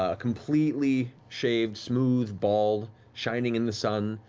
ah completely shaved, smooth, bald, shining in the sun,